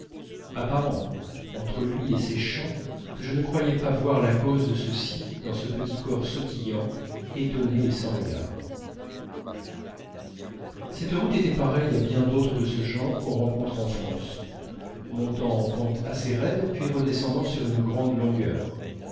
apparent entre lui et ces chants que je ne croyais pas voir la cause de ceux-ci dans ce petit corps sautillant étonné et sans regard cette route était pareille à bien d'autres de ce genre qu'on rencontre en france montant en pente assez raide puis redescendant sur une grande longueur